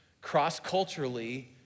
cross-culturally